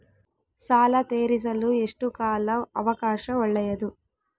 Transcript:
ಸಾಲ ತೇರಿಸಲು ಎಷ್ಟು ಕಾಲ ಅವಕಾಶ ಒಳ್ಳೆಯದು?